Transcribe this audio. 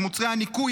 מוצרי הניקוי,